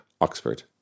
Oxford